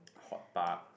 Hort-Park